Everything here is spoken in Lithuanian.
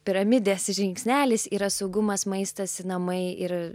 piramidės žingsnelis yra saugumas maistas namai ir